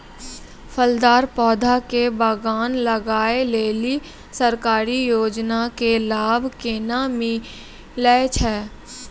फलदार पौधा के बगान लगाय लेली सरकारी योजना के लाभ केना मिलै छै?